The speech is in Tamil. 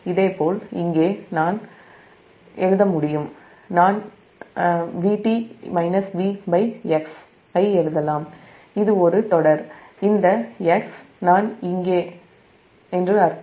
இதேபோல் இங்கே நான் நாம் என்று எழுத முடியும் நான் நாம் Vt V x ஐ எழுதலாம் இது தொடர் இந்த x நான் இங்கே என்று அர்த்தம்